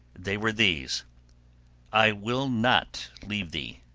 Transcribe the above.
they were these i will not leave thee.